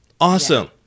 Awesome